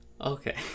Okay